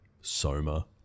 Soma